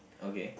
okay